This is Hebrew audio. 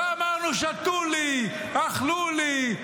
לא אמרנו: שתו לי, אכלו לי.